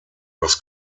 was